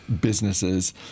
businesses